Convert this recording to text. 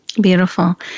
Beautiful